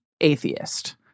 atheist